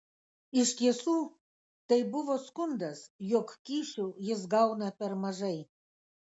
iš tiesų tai buvo skundas jog kyšių jis gauna per mažai